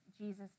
Jesus